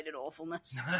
awfulness